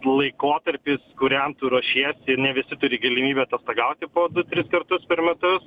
laikotarpis kuriam tu ruošiesi ne visi turi galimybę atostogauti po du tris kartus per metus